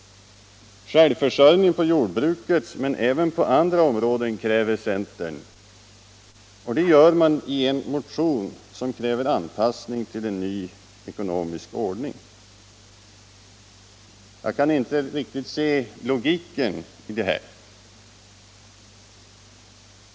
Självförsörjning på jordbrukets område, men även på andra områden, kräver centern. Det gör man i en motion som kräver anpassning till en ny ekonomisk ordning. Jag kan inte se någon logik i detta.